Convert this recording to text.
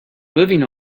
living